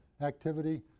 activity